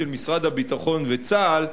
של משרד הביטחון וצה"ל,